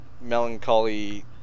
melancholy